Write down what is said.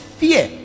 fear